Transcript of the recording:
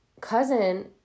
cousin